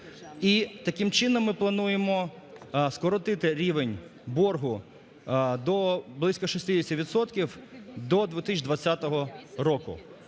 І таким чином ми плануємо скоротити рівень боргу до близько 60 відсотків до 2020 року.